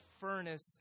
furnace